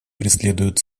преследуют